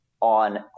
on